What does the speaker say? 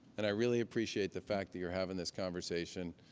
and i really appreciate the fact that you're having this conversation.